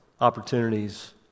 opportunities